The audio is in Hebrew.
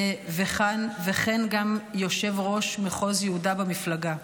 וכן גם יושב-ראש מחוז יהודה במפלגה.